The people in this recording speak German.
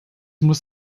muss